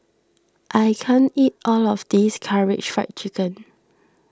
I can't eat all of this Karaage Fried Chicken